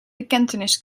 bekentenis